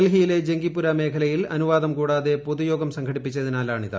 ഡൽഹിയിലെ ജംഗിപുര മേഖലയിൽ അനുവാദം കൂടാതെ പൊതുയോഗം സംഘടിപ്പിച്ചതിനാലാണിത്